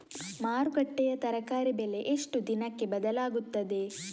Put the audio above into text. ಮಾರುಕಟ್ಟೆಯ ತರಕಾರಿ ಬೆಲೆ ಎಷ್ಟು ದಿನಕ್ಕೆ ಬದಲಾಗುತ್ತದೆ?